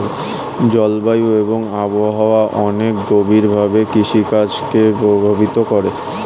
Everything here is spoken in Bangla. জলবায়ু এবং আবহাওয়া অনেক গভীরভাবে কৃষিকাজ কে প্রভাবিত করে